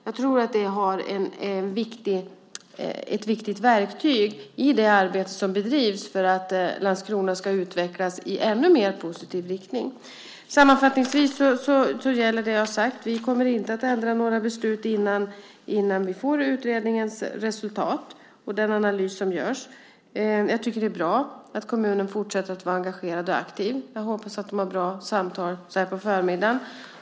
Jag tror att det är ett viktigt verktyg i det arbete som bedrivs för att Landskrona ska utvecklas i en ännu mer positiv riktning. Det som jag har sagt gäller. Vi kommer inte att ändra några beslut innan vi får utredningens resultat och den analys som görs. Jag tycker att det är bra att kommunen fortsätter att vara engagerad och aktiv. Jag hoppas att de har bra samtal så här på förmiddagen.